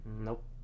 Nope